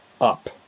up